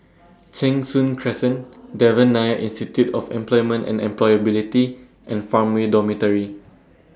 Cheng Soon Crescent Devan Nair Institute of Employment and Employability and Farmway Dormitory